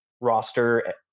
roster